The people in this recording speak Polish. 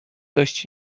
dość